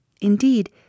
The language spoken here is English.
Indeed